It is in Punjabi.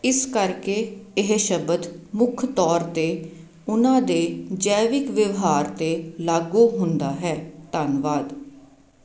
ਇਸ ਕਰਕੇ ਇਹ ਸ਼ਬਦ ਮੁੱਖ ਤੌਰ 'ਤੇ ਉਨ੍ਹਾਂ ਦੇ ਜੈਵਿਕ ਵਿਵਹਾਰ 'ਤੇ ਲਾਗੂ ਹੁੰਦਾ ਹੈ ਧੰਨਵਾਦ